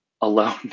alone